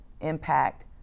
impact